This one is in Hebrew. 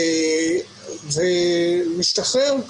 ומשתחרר.